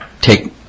take